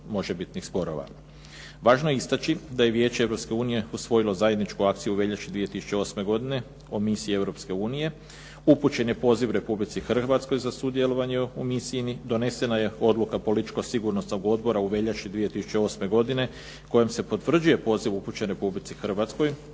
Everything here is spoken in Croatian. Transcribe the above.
možebitnih sporova. Važno je istaći da je Vijeće Europske unije usvojilo zajedničku akciju u veljači 2008. godine o misiji Europske unije. Upućen je poziv Republici Hrvatskoj za sudjelovanje u misiji. Donesena je odluka političko-sigurnosnog odbora u veljači 2008. godine kojom se potvrđuje poziv upućen Republici Hrvatskoj